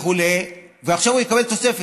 וכו' אם עכשיו הוא קיבל תוספת,